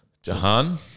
Jahan